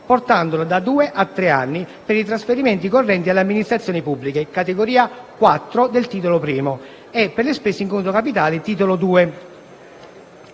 portandolo da due a tre anni per i trasferimenti correnti alle amministrazioni pubbliche (categoria 4 del titolo I) e per le spese in conto capitale (titolo